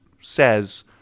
says